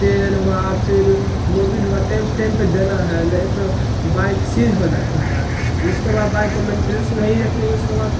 तेल हुआ फिर मूवील हुआ टेम टेम पर देना है नहीं तो बाइक सीज हो जाती है उसके बाद बाइक मेंटेनेंस नहीं रखेंगे उसके बाद